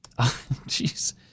Jeez